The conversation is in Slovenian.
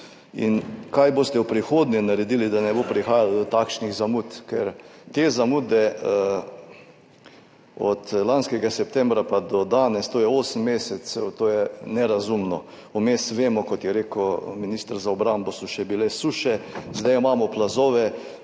Kaj boste v prihodnje naredili, da ne bo prihajalo do takšnih zamud? Te zamude od lanskega septembra pa do danes, to je 8 mesecev, to je nerazumno. Vmes vemo, kot je rekel minister za obrambo, so bile še suše, zdaj imamo plazove,